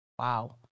Wow